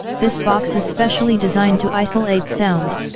this box is specially designed to isolate sound,